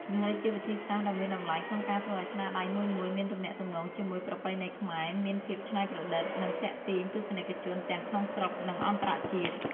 វាជាវិធីសាស្រ្តដ៏មានតម្លៃក្នុងការធ្វើឲ្យស្នាដៃមួយៗមានទំនាក់ទំនងជាមួយប្រពៃណីខ្មែរ មានភាពច្នៃប្រឌិត និងទាក់ទាញទស្សនិកជនទាំងក្នុងស្រុក និងអន្តរជាតិ។